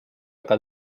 aga